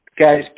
guy's